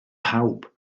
pawb